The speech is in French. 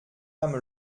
âme